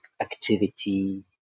activity